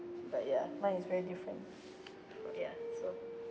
but ya mine is very different okay lah ya so